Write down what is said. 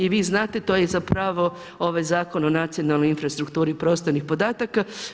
I vi znate to je zapravo Zakon o nacionalnoj infrastrukturi prostornih podataka.